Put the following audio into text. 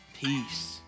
peace